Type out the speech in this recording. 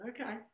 okay